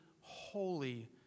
holy